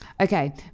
Okay